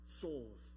souls